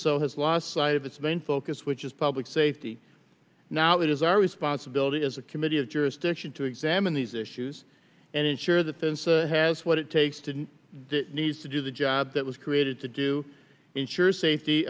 so has lost sight of its main focus which is public safety now it is our responsibility as a committee of jurisdiction to examine these issues and ensure the fence has what it takes to need to do the job that was created to do ensure safety